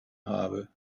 habe